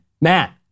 Matt